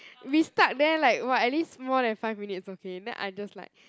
we stuck there like what at least more than five minutes okay then I just like